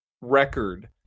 record